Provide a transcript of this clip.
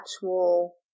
actual